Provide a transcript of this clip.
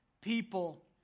people